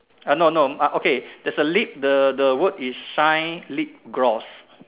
uh no no ah okay there's a lip the the word is shine lip gloss